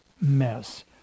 mess